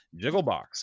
Jigglebox